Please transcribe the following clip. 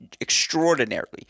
extraordinarily